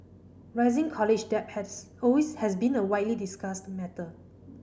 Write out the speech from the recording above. rising college debt have always has been a widely discussed matter